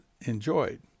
enjoyed